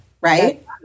right